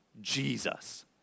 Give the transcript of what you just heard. Jesus